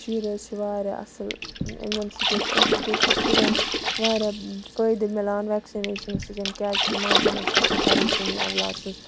شُرۍ حظ چھِ واریاہ اَصل یِمَن سۭتۍ امہِ سۭتۍ حظ چھِ شُریٚن واریاہ فٲدٕ مِلان ویٚکسِنیشَن سۭتۍ کیازکہِ ماجَن حظ چھِ آسان پَریشٲنی اَولاد سٕنٛز